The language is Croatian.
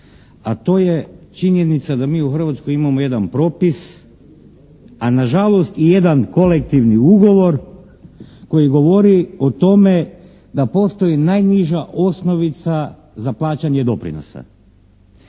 a to je činjenica da mi u Hrvatskoj imamo jedan propis, a nažalost i jedan kolektivni ugovor koji govori o tome da postoji najniža osnovica za plaćanje doprinosa.